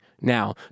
Now